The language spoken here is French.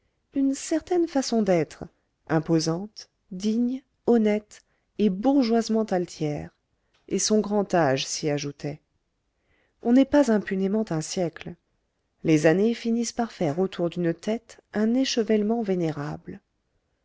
une certaine façon d'être imposante digne honnête et bourgeoisement altière et son grand âge s'y ajoutait on n'est pas impunément un siècle les années finissent par faire autour d'une tête un échevellement vénérable